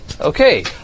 okay